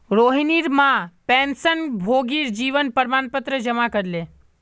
रोहिणीर मां पेंशनभोगीर जीवन प्रमाण पत्र जमा करले